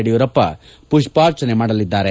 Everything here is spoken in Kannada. ಯಡಿಯೂರಪ್ಪ ಪುಷ್ಪಾರ್ಚನೆ ಮಾಡಲಿದ್ದಾರೆ